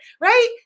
right